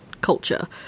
culture